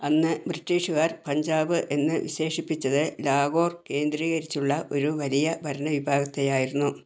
അന്ന് ബ്രിട്ടീഷുകാർ പഞ്ചാബ് എന്ന് വിശേഷിപ്പിച്ചത് ലാഹോർ കേന്ദ്രീകരിച്ചുള്ള ഒരു വലിയ ഭരണവിഭാഗത്തെയായിരുന്നു